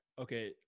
okay